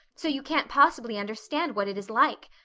so you can't possibly understand what it is like.